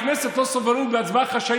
אדוני היושב-ראש, חבריי חברי הכנסת,